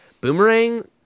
Boomerang